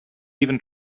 even